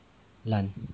烂